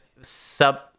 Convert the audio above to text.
sub